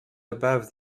above